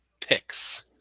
picks